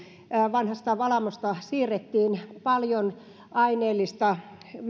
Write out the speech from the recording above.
vanhasta valamosta siirrettiin paljon meidän aineellista